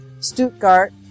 Stuttgart